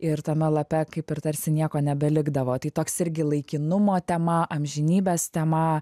ir tame lape kaip ir tarsi nieko nebelikdavo tai toks irgi laikinumo tema amžinybės tema